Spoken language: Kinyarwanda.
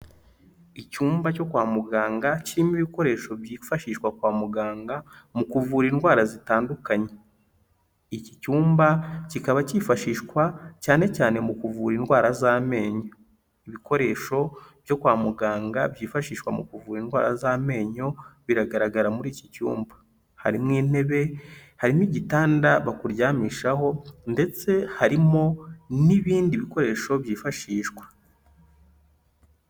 Icyumba cyo kwa muganga, kirimo ibikoresho byifashishwa kwa muganga mu kuvura indwara zitandukanye, iki cyumba kikaba cyifashishwa cyane cyane mu kuvura indwara z'amenyo, ibikoresho byo kwa muganga byifashishwa mu kuvura indwara z'amenyo, biragaragara muri iki cyumba, harimo intebe, harimo igitanda bakuryamishaho ndetse harimo n'ibindi bikoresho byifashishwa.